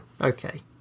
Okay